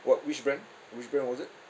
what which brand which brand was it